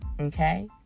Okay